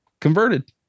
converted